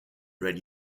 red